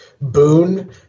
boon